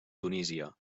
tunísia